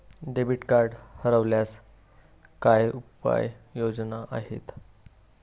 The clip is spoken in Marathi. डेबिट कार्ड हरवल्यास काय उपाय योजना आहेत?